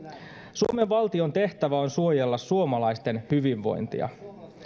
suomen valtion tehtävä on suojella suomalaisten hyvinvointia